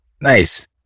Nice